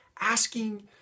asking